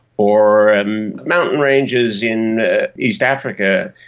or and mountain ranges in east africa.